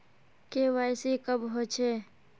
KYC कब होचे?